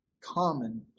common